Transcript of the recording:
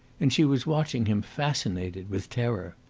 and she was watching him fascinated with terror.